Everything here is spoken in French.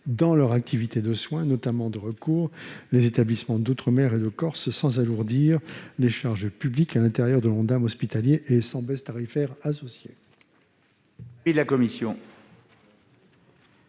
dans leurs activités de soins, notamment de recours, les établissements d'outre-mer et de Corse, sans alourdir les charges publiques à l'intérieur de l'Ondam hospitalier et sans baisse tarifaire associée.